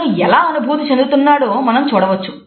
అతను ఎలా అనుభూతి చెందుతున్నాడో మనం చూడవచ్చు